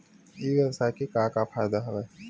ई व्यवसाय के का का फ़ायदा हवय?